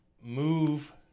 move